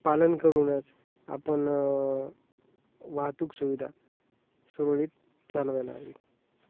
पालन करूनच आपण वाहतूक सुविधा सुरळीत चालवायला हवी